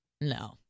no